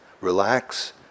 relax